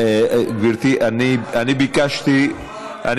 שהשרה לא יושבת פה.